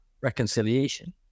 reconciliation